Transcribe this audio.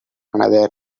another